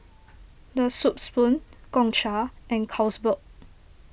the Soup Spoon Gongcha and Carlsberg